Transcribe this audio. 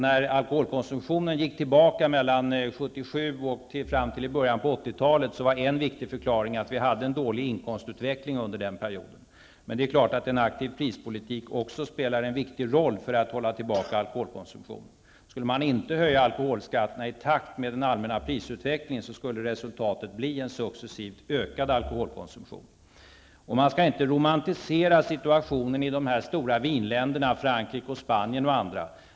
När alkoholkonsumtionen gick tillbaka 1977 och fram till början av 1980-talet är en viktig förklaring att det under denna period var en dålig inkomstutveckling. Det är klart att också en aktiv prispolitik spelar en viktig roll för att hålla tillbaka alkoholkonsumtionen. Om man inte höjde alkoholskatterna i takt med den allmänna prisutvecklingen, skulle resultatet bli en successivt ökad alkoholkonsumtion. Man skall inte heller romantisera situationen i de stora vinländerna, Frankrike, Spanien m.fl.